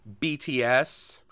BTS